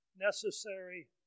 necessary